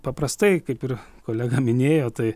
paprastai kaip ir kolega minėjo tai